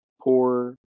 poor